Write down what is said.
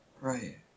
Right